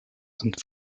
sind